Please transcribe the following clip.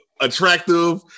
attractive